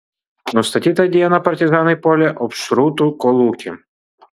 nustatytą dieną partizanai puolė opšrūtų kolūkį